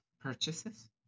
purchases